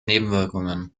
nebenwirkungen